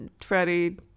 Freddie